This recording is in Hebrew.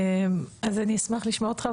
אז אני אשמח לשמוע אותך,